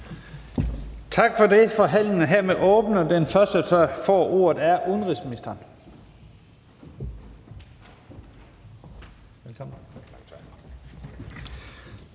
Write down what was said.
Tak for det. Forhandlingen er hermed åbnet, og den første, der får ordet, er udenrigsministeren.